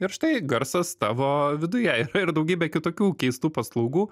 štai garsas tavo viduje yra ir daugybė kitokių keistų paslaugų